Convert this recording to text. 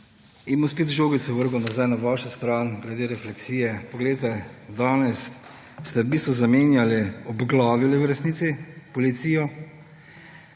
bom spet žogico vrgel nazaj na vašo stran, glede refleksije. Poglejte, danes ste v bistvu zamenjali, obglavili v resnici policijo,